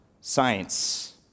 science